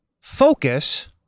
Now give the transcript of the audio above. focus